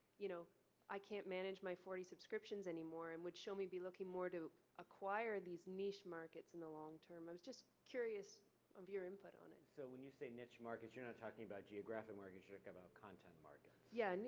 you know i can't manage my forty subscriptions anymore, and would shomi be looking more to acquire these niche markets in the long term? i was just curious of your input on it. so when you say niche markets, you're not talking about geographic markets, you're talking about content markets. yeah, and